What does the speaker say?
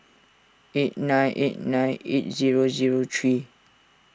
eight nine eight nine eight zero zero three